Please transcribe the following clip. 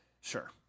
Sure